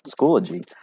Schoology